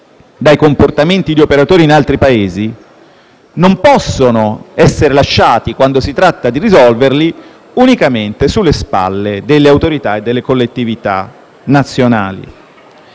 dai comportamenti di operatori in altri Paesi, non possono essere lasciati, quando si tratta di risolverli, unicamente sulle spalle delle autorità e delle collettività nazionali.